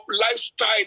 lifestyle